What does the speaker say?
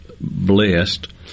blessed